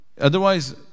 otherwise